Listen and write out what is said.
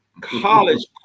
College